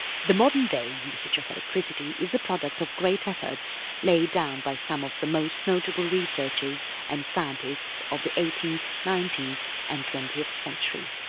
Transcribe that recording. the modern day usage of electricity is the product of great efforts laid down by some of the most notable researchers and scientists of the eighteenth, nineteenth and twentieth centuries.